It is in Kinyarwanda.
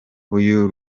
uyu